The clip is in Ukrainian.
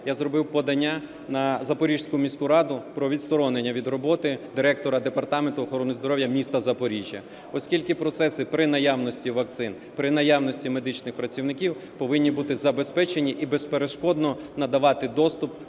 я зробив подання на Запорізьку міську раду про відсторонення від роботи директора Департаменту охорони здоров'я міста Запоріжжя. Оскільки процеси при наявності вакцин, при наявності медичних працівників повинні бути забезпечені і безперешкодно надавати доступ